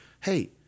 hey